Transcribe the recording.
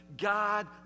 God